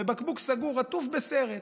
הוא בבקבוק סגור עטוף בסרט,